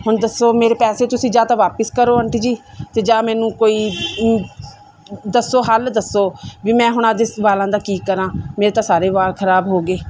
ਹੁਣ ਦੱਸੋ ਮੇਰੇ ਪੈਸੇ ਤੁਸੀਂ ਜਾਂ ਤਾਂ ਵਾਪਿਸ ਕਰੋ ਆਂਟੀ ਜੀ ਅਤੇ ਜਾਂ ਮੈਨੂੰ ਕੋਈ ਦੱਸੋ ਹੱਲ ਦੱਸੋ ਵੀ ਮੈਂ ਹੁਣ ਅੱਜ ਇਸ ਵਾਲਾਂ ਦਾ ਕੀ ਕਰਾਂ ਮੇਰੇ ਤਾਂ ਸਾਰੇ ਵਾਲ ਖਰਾਬ ਹੋ ਗਏ